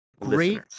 Great